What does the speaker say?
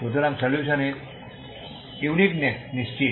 সুতরাং সলিউশন এর ইউনিকনেস নিশ্চিত